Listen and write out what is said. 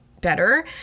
better